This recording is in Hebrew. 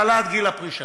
על העלאת גיל הפרישה.